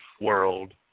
world